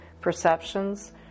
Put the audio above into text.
perceptions